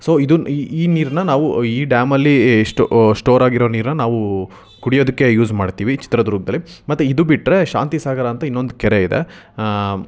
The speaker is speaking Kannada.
ಸೊ ಇದು ಈ ಈ ನೀರನ್ನ ನಾವು ಈ ಡ್ಯಾಮಲ್ಲಿ ಸ್ಟೋರಾಗಿ ಇರೋ ನೀರನ್ನು ನಾವು ಕುಡಿಯೋದಕ್ಕೆ ಯೂಸ್ ಮಾಡ್ತೀವಿ ಚಿತ್ರದುರ್ಗದಲ್ಲಿ ಮತ್ತೆ ಇದು ಬಿಟ್ಟರೆ ಶಾಂತಿ ಸಾಗರ ಅಂತ ಇನ್ನೊಂದು ಕೆರೆ ಇದೆ